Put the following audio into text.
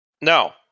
No